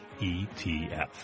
etf